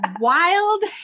wild